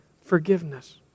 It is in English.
forgiveness